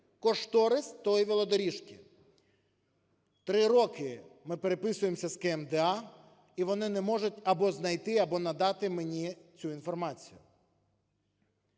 кошторис тієї велодоріжки. 3 роки ми переписуємося з КМДА і вони не можуть або знайти, або надати мені цю інформацію.